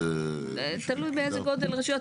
תלוי באיזה גודל רשויות.